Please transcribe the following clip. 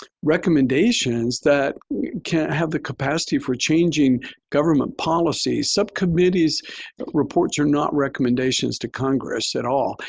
recommendations that can have the capacity for changing government policies. subcommittees' reports are not recommendations to congress at all.